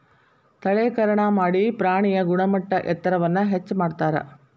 ತಳೇಕರಣಾ ಮಾಡಿ ಪ್ರಾಣಿಯ ಗುಣಮಟ್ಟ ಎತ್ತರವನ್ನ ಹೆಚ್ಚ ಮಾಡತಾರ